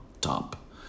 top